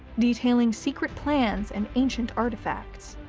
detailing secret plans and ancient artifacts.